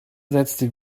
setzte